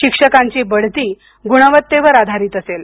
शिक्षकांची बढती गुणवत्तेवर आधारित असेल